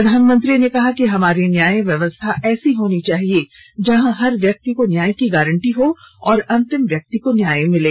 प्रधानमंत्री ने कहा कि हमारी न्याय व्यवस्था ऐसी होनी चाहिए जहां हर व्यक्ति को न्याय की गारंटी हो और अंतिम व्यक्ति को न्याय मिले